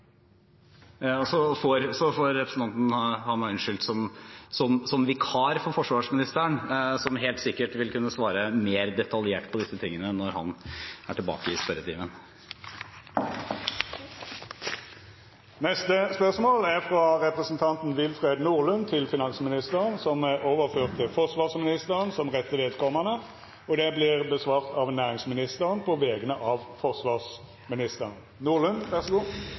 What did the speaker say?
hovedsvaret. Så får representanten ha meg unnskyldt som vikar for forsvarsministeren, som helt sikkert vil kunne svare mer detaljert på dette når han er tilbake i spørretimen. Då går me til spørsmål 2. Dette spørsmålet, frå Willfred Nordlund til finansministeren, er overført til forsvarsministeren som rette vedkomande. Spørsmålet vil verta svart på av næringsministeren på vegner av forsvarsministeren,